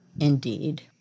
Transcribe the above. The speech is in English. Indeed